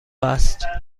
است